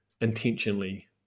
intentionally